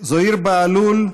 זוהיר בהלול,